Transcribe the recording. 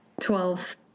Twelve